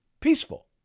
peaceful